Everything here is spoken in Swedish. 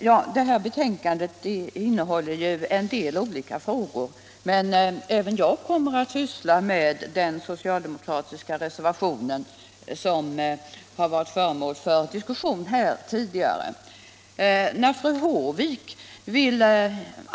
Herr talman! I det betänkande som vi nu diskuterar behandlas en del olika frågor, men även jag kommer att ta upp den socialdemokratiska reservationen, som varit föremål för diskussion tidigare i debatten.